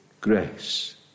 grace